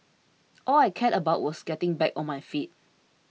all I cared about was getting back on my feet